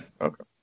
Okay